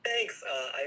Thanks